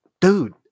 dude